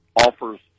offers